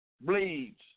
bleeds